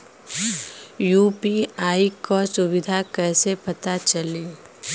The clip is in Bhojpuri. यू.पी.आई क सुविधा कैसे पता चली?